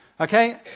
Okay